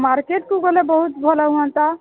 ମାର୍କେଟ୍କୁ ଗଲେ ବହୁତ ଭଲ ହୁଅନ୍ତା